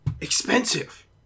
Expensive